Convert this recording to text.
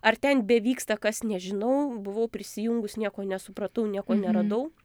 ar ten bevyksta kas nežinau buvau prisijungus nieko nesupratau nieko neradau